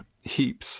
heaps